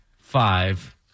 five